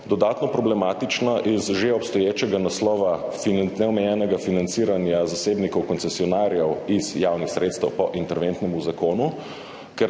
dodatno problematična iz že obstoječega naslova neomejenega financiranja zasebnikov koncesionarjev iz javnih sredstev po interventnem zakonu,